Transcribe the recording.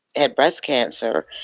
had breast cancer,